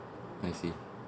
I see